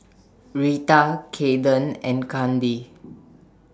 Reta Kaeden and Kandi